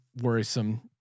worrisome